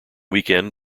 weekend